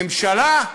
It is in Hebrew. ממשלה?